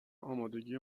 آمادگی